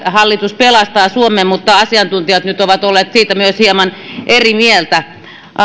hallitus pelastaa suomen mutta asiantuntijat nyt ovat olleet siitä myös hieman eri mieltä